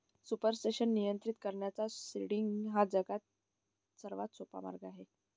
supersaturation नियंत्रित करण्याचा seeding हा सर्वात सोपा मार्ग आहे